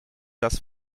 das